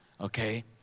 Okay